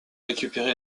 récupérer